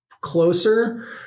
closer